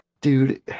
Dude